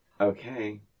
Okay